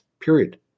period